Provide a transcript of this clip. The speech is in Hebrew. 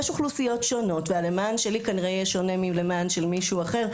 יש אוכלוסיות שונות והלמען שלי כנראה יהיה שונה מהלמען של מישהו אחר,